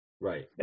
Right